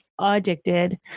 addicted